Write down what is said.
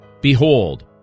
Behold